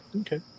Okay